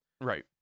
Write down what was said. Right